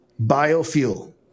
Biofuel